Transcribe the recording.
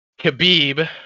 Khabib